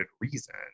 reason